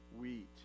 wheat